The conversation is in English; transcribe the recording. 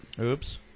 Oops